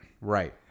Right